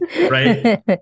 right